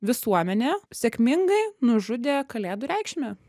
visuomenė sėkmingai nužudė kalėdų reikšmę